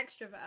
extrovert